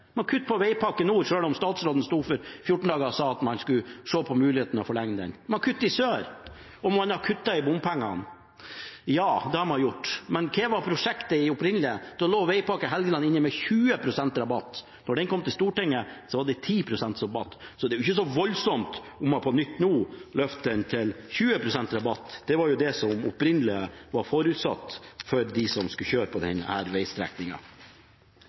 Man kutter i vegpakke Helgeland nord selv om statsråden for fjorten dager siden sto og sa at man skulle se på muligheten for å forlenge den. Man kutter i Helgeland sør, og man har kuttet i bompengene. Det har man gjort, men hva var det opprinnelige prosjektet? Da lå vegpakke Helgeland inne med 20 pst. rabatt. Da den kom til Stortinget, var det 10 pst. rabatt, så det er ikke så voldsomt om man på nytt nå løfter den til 20 pst. rabatt. Det var jo det som opprinnelig var forutsatt for dem som skulle kjøre på